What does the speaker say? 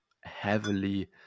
heavily